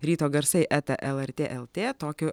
ryto garsai eta lrt lt tokiu